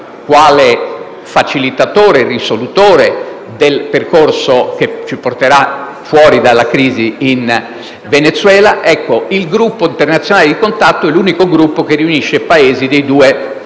quale facilitatore e risolutore del percorso che porterà fuori dalla crisi in Venezuela), il Gruppo internazionale di contatto è l'unico Gruppo che riunisce Paesi dei due continenti.